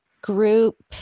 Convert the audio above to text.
group